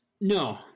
No